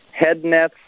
headnets